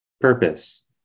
Purpose